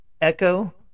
Echo